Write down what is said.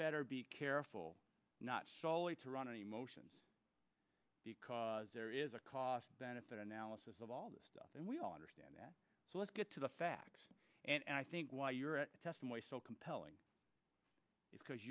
better be careful not to run emotions because there is a cost benefit analysis of all this and we all understand that so let's get to the facts and i think why your testimony so compelling is because